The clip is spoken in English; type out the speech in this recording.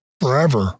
forever